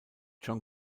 joan